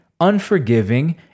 unforgiving